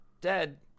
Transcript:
dead